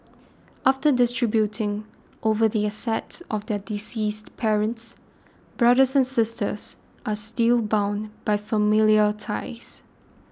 after distributing over the assets of their deceased parents brothers and sisters are still bound by familial ties